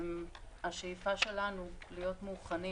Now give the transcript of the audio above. השאיפה שלנו היא להיות מוכנים